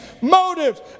motives